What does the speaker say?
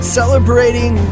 celebrating